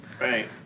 right